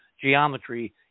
geometry